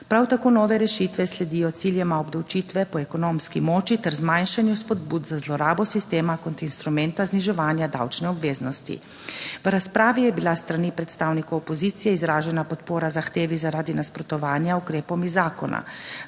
Prav tako nove rešitve sledijo ciljema obdavčitve po ekonomski moči ter zmanjšanju spodbud za zlorabo sistema kot instrumenta zniževanja davčne obveznosti. V razpravi je bila s strani predstavnikov opozicije izražena podpora zahtevi zaradi nasprotovanja ukrepom iz zakona.